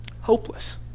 hopeless